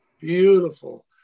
beautiful